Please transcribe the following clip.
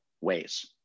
ways